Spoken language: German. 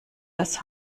das